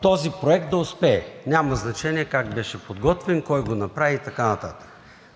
този проект да успее. Няма значение как беше подготвен, кой го направи и така нататък,